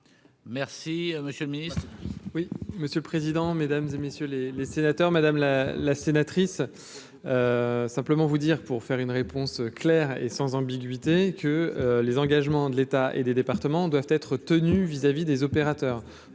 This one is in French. Merci, monsieur le Ministre.